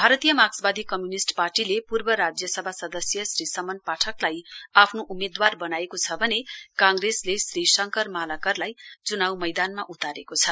भारतीय माक्सवादी कम्य्निष्ट पार्टीले पूर्व राज्यसभा सदस्य श्री समन पाठकलाई आफ्नो उम्मेदवार बनाएको छ भने काँग्रेसले श्री शङ्कर मालाकरलाई च्नाउ मैदानमा उतारेको छ